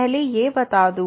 पहले ये बता दूं